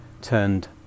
turned